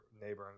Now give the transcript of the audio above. neighboring